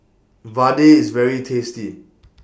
Vadai IS very tasty